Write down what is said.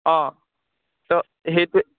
অঁ ছ' সেইটোৱেই